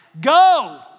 Go